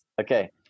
okay